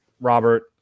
robert